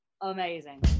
amazing